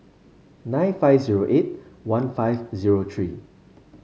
nine five zero eight one five zero three